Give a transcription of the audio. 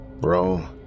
Bro